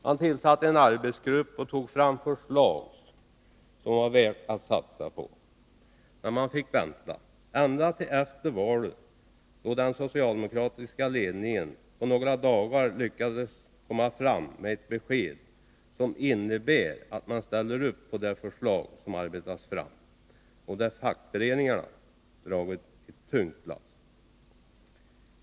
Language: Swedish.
Man tillsatte en arbetsgrupp och tog fram ett förslag som var värt att satsa på. Men man fick vänta — ända till efter valet, då den socialdemokratiska ledningen på några dagar lyckades komma fram med ett besked som innebär att man ställer upp på det förslag som arbetats fram och där fackföreningarna har dragit ett tungt lass.